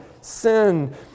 sin